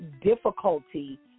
difficulty